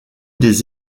des